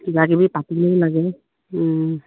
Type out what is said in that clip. কিবাকিবি পাতিলে লাগে